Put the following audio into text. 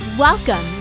Welcome